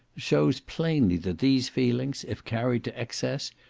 shows plainly that these feelings, if carried to excess,